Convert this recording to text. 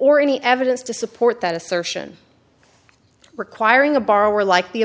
or any evidence to support that assertion requiring a borrower like the